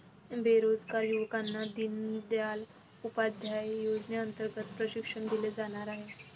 बेरोजगार युवकांना दीनदयाल उपाध्याय योजनेअंतर्गत प्रशिक्षण दिले जाणार आहे